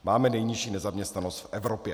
Máme nejnižší nezaměstnanost v Evropě.